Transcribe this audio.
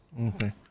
okay